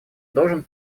должен